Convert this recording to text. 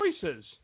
choices